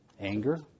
Anger